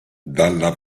dalla